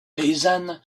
paysanne